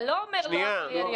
אתה לא אומר לא עבריינים,